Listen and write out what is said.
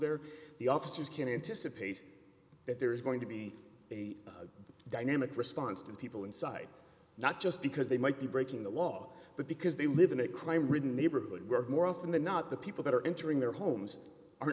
there the officers can anticipate that there is going to be a dynamic response to people inside not just because they might be breaking the law but because they live in a crime ridden neighborhood more often than not the people that are entering their homes are